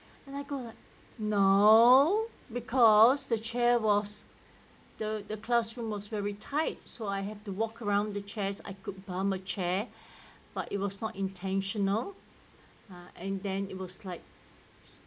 and I go like no because the chair was the classroom was very tight so I have to walk around the chairs I could bumped a chair but it was not intentional and then it was like